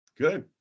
good